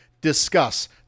discuss